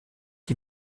die